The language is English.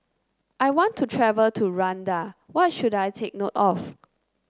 I want to travel to Rwanda what should I take note of